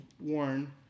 worn